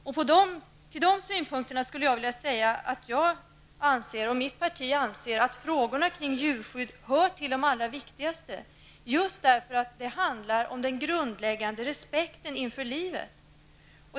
Med anledning av sådana synpunkter skulle jag och mitt parti vilja framhålla att vi anser att frågorna om djurskydd hör till de allra viktigaste just därför att de handlar om den grundläggande respekten för livet.